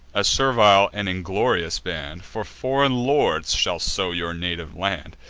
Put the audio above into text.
a servile and inglorious band, for foreign lords shall sow your native land,